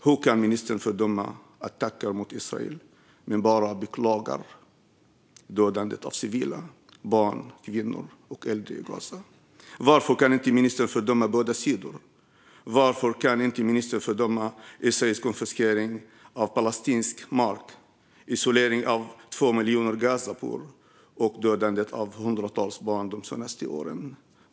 Hur kan ministern fördöma attacker mot Israel men bara beklaga dödandet av civila, barn, kvinnor och äldre i Gaza? Varför kan inte ministern fördöma båda sidor? Varför kan inte ministern fördöma Israels konfiskering av palestinsk mark, isoleringen av 2 miljoner Gazabor och dödandet av hundratals barn de senaste åren?